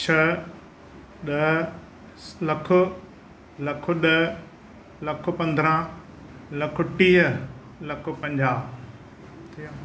छह ॾह लखु लखु ॾह लखु पंदिरहं लखु टीह लखु पंजाहु